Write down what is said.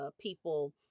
people